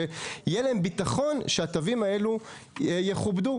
כך שיהיה להם ביטחון שהתווים האלה יכובדו.